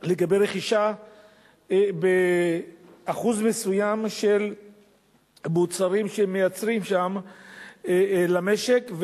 לגבי רכישה באחוז מסוים של מוצרים שהם מייצרים שם למשק,